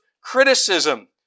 criticism